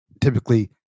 typically